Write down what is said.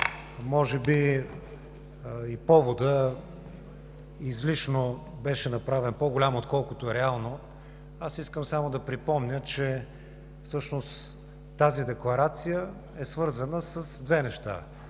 Може би и поводът излишно беше направен по-голям, отколкото е реално. Аз искам само да припомня, че всъщност тази декларация е свързана с две неща.